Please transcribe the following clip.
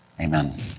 Amen